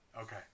Okay